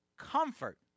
comfort